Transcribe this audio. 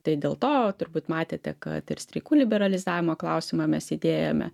tai dėl to turbūt matėte kad ir streikų liberalizavimo klausimą mes įdėjome